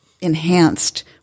enhanced